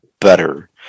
better